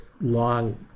long